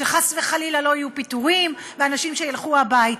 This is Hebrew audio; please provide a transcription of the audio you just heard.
שחס וחלילה לא יהיו פיטורים ואנשים ילכו הביתה,